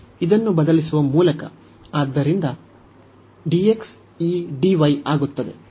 ಆದ್ದರಿಂದ dx ಈ dy ಆಗುತ್ತದೆ